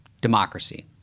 democracy